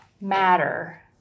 matter